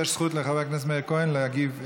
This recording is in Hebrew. יש זכות לחבר הכנסת מאיר כהן להגיב.